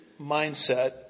mindset